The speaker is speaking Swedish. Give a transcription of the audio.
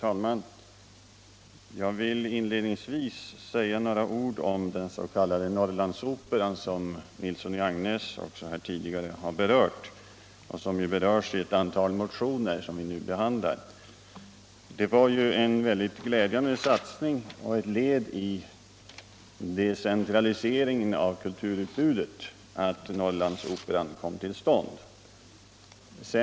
Herr talman! Inledningsvis vill jag säga några ord om den s.k. Norrlandsoperan, som herr Nilsson i Agnäs här tidigare talat om och som också berörs i ett antal motioner som vi nu behandlar. Det var en mycket glädjande satsning som gjordes när Norrlandsoperan kom till stånd. Det var ett viktigt led i decentraliseringen av kulturutbudet.